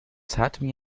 zartem